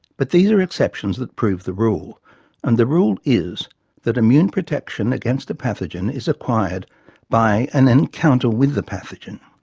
but these are exceptions that prove the rule and the rule is that immune protection against a pathogen is acquired by an encounter with the pathogen.